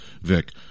Vic